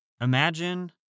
imagine